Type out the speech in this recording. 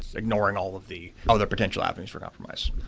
ignoring all of the all their potential avenues for compromise.